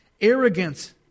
arrogance